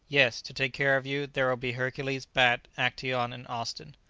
yes to take care of you, there will be hercules, bat, actaeon and austin.